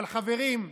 אבל חברים,